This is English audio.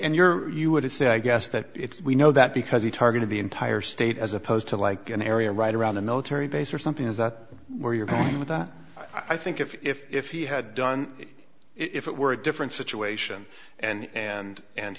and your you would say i guess that we know that because he targeted the entire state as opposed to like an area right around a military base or something is that where you're going with that i think if he had done it if it were a different situation and and and